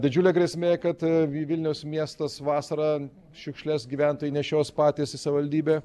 didžiulė grėsmė kad vilniaus miestas vasarą šiukšles gyventojai nešios patys į savivaldybę